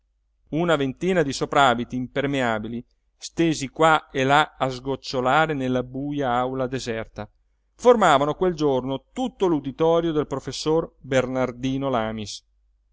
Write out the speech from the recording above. una ventina di soprabiti impermeabili stesi qua e là a sgocciolare nella buja aula deserta formavano quel giorno tutto l'uditorio del professor bernardino lamis